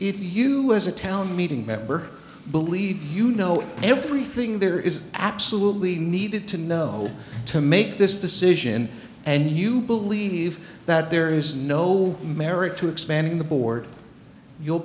you as a town meeting member believe you know everything there is absolutely needed to know to make this decision and you believe that there is no merit to expanding the